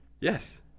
Yes